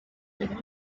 today